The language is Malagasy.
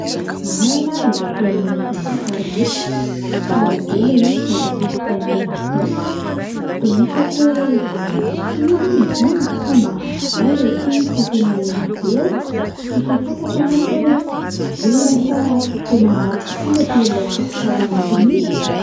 “Marina ilay teninao momba ilay sarimihetsika, tsara be ilay izy sady nampitaintaina be. Toa hitako hoe mbola hisy tohiny hono izy iny! Sao mba anananao ilay tohiny fa tena liana be aho? Tiako ho fantatra manko hoe velona sa tena maty tokoa ilay mpilalao fototra ao anatiny iny?"